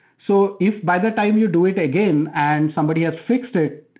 so if by the time you do it again and somebody has fixed it,